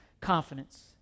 confidence